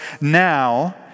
now